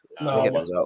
No